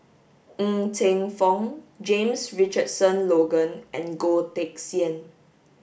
Ng Teng Fong James Richardson Logan and Goh Teck Sian